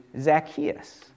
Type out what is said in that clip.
Zacchaeus